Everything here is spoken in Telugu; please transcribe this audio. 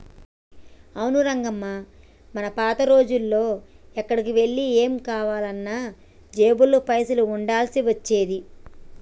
అవును రంగమ్మ మనం పాత రోజుల్లో ఎక్కడికి వెళ్లి ఏం కావాలన్నా జేబులో పైసలు ఉండాల్సి వచ్చేది